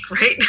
right